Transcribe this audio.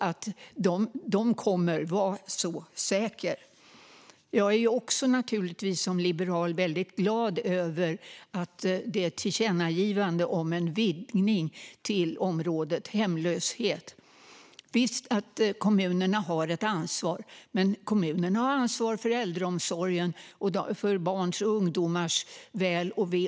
De kommer, var så säker. Som liberal är jag också väldigt glad över tillkännagivandet om en vidgning till området hemlöshet. Visst har kommunerna ett ansvar, men kommunerna har även ansvar för äldreomsorgen och för barns och ungdomars väl och ve.